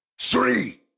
three